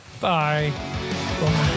Bye